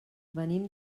venim